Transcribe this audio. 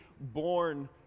born